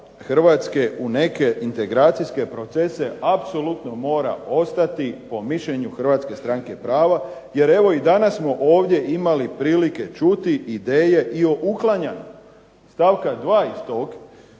Hrvatske u neke integracijske procese apsolutno mora ostati po mišljenju Hrvatske stranke prava jer evo i danas smo ovdje imali prilike čuti ideje i o uklanjanju stavka 2. iz tog